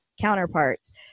counterparts